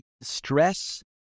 Stress